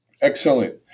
Excellent